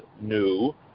new